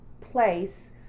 place